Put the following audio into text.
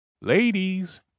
ladies